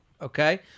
Okay